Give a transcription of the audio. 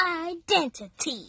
identity